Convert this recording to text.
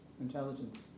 intelligence